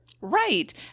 Right